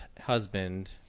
husband